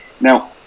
now